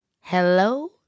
Hello